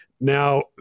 Now